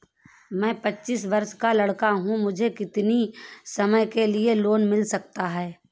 मैं पच्चीस वर्ष का लड़का हूँ मुझे कितनी समय के लिए लोन मिल सकता है?